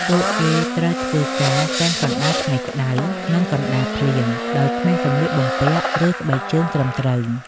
ពួកគេត្រូវធ្វើការទាំងកណ្ដាលថ្ងៃក្ដៅ និងកណ្ដាលភ្លៀង ដោយគ្មានសម្លៀកបំពាក់ ឬស្បែកជើងត្រឹមត្រូវ។